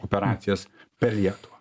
operacijas per lietuvą